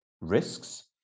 risks